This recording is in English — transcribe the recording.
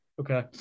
Okay